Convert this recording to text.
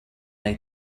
wnei